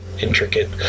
intricate